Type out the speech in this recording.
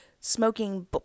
smoking